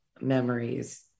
memories